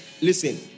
Listen